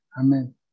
Amen